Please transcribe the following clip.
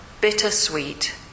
bittersweet